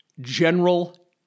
general